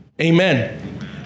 Amen